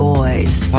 Boys